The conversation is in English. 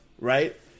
right